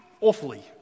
awfully